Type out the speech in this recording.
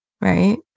right